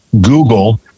Google